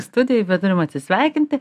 studijoj bet turim atsisveikinti